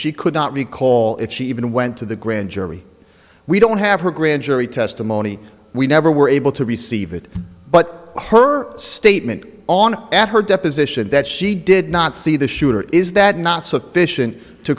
she could not recall if she even went to the grand jury we don't have her grand jury testimony we never were able to receive it but her statement on at her deposition that she did not see the shooter is that not sufficient to